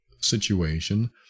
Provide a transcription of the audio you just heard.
situation